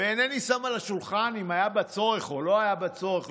ואינני שם על השולחן אם היה בה צורך או לא היה בה צורך,